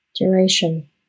duration